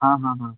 हाँ हाँ